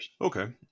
Okay